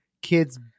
Kids